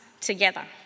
together